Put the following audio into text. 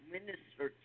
Minister